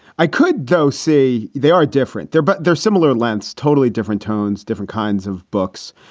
i could though. see they are different. they're but they're similar lengths, totally different tones, different kinds of books.